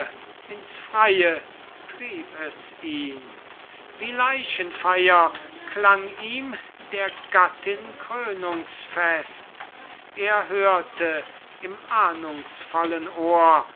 ins freie trieb es ihn wie leichenfeier klang ihm der gattin krönungsfest er hörte im ahnungsvollen ohr